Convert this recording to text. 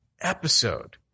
episode